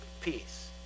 peace